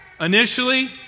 Initially